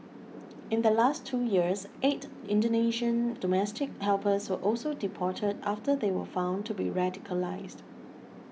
in the last two years eight Indonesian domestic helpers were also deported after they were found to be radicalised